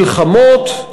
מלחמות,